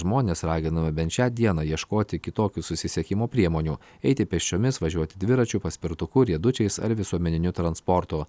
žmonės raginami bent šią dieną ieškoti kitokių susisiekimo priemonių eiti pėsčiomis važiuoti dviračiu paspirtuku riedučiais ar visuomeniniu transportu